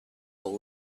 full